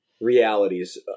realities